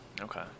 okay